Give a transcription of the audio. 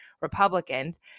Republicans